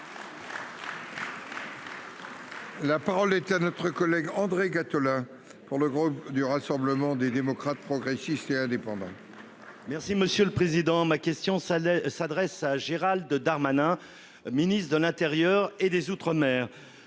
La parole est à notre collègue André Gattolin pour le groupe du Rassemblement des démocrates, progressistes et indépendants.-- Merci monsieur le président, ma question s'allait s'adresse à à Gérald Darmanin. Ministre de l'Intérieur et des Outre-mer.